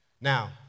Now